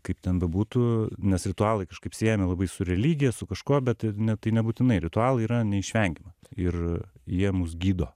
kaip ten bebūtų nes ritualai kažkaip siejami labai su religija su kažkuo bet ir ne tai nebūtinai ritualai yra neišvengiama ir jie mus gydo